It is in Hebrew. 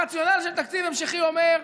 הרציונל של תקציב המשכי אומר: